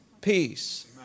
peace